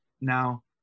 Now